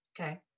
okay